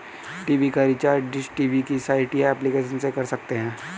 TV का recharge dish TV की site या एप्लीकेशन से कर सकते है